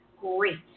great